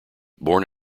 born